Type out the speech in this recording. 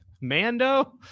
Mando